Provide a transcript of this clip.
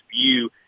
view